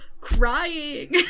crying